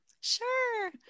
Sure